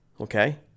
okay